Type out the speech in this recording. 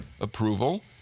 approval